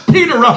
Peter